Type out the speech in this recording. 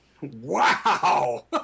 Wow